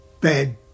bad